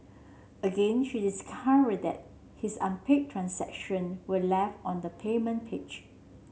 again she discovered that his unpaid transaction were left on the payment page